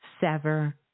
sever